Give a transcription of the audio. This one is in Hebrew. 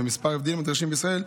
עם כמה הבדלים הנדרשים בישראל,